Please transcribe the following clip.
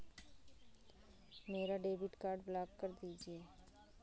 मेरा debit card block कर दीजिए